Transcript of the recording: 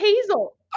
Hazel